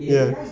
ya